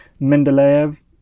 Mendeleev